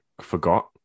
forgot